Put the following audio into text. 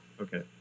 Okay